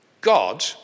God